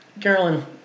Carolyn